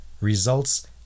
results